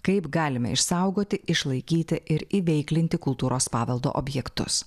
kaip galime išsaugoti išlaikyti ir įveiklinti kultūros paveldo objektus